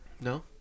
No